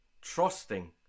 Trusting